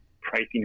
pricing